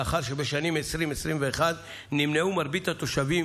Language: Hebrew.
לאחר שבשנים 2021-2020 נמנעו מרבית התושבים